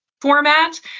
Format